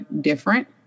different